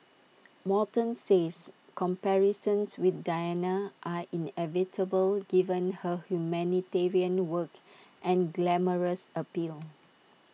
Morton says comparisons with Diana are inevitable given her humanitarian work and glamorous appeal